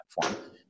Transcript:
platform